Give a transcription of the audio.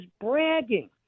bragging